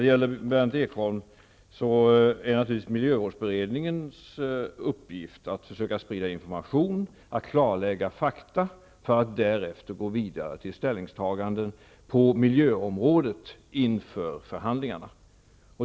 Till Berndt Ekholm: Det är naturligtvis miljövårdsberedningens uppgift att försöka sprida information och att klarlägga fakta för att därefter gå vidare till ställningstaganden på miljöområdet inför förhandlingarna.